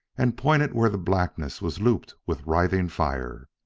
and pointed where the blackness was looped with writhing fire.